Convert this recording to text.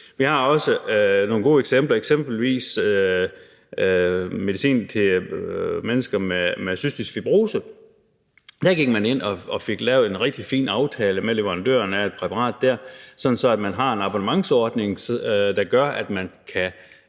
Vi har også nogle gode eksempler på det, f.eks. medicin til mennesker med cystisk fibrose. Der gik man ind og fik lavet en rigtig fin aftale med leverandøren af et præparat, så man har en abonnementsordning, der gør, at man kan